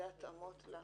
אלה התאמות.